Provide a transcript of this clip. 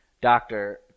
doctor